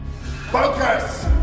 Focus